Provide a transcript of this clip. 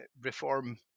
reform